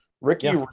Ricky